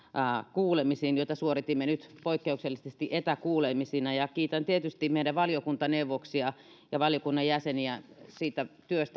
kuulemisiin joita suoritimme nyt poikkeuksellisesti etäkuulemisina ja kiitän tietysti meidän valiokuntaneuvoksia ja valiokunnan jäseniä siitä työstä